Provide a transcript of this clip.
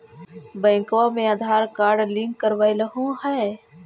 बैंकवा मे Aadhaar card link करवैलहो है?